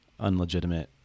unlegitimate